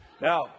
Now